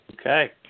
Okay